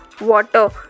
water